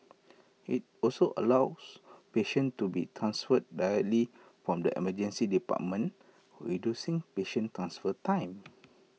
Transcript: IT also allows patients to be transferred directly from the Emergency Department reducing patient transfer time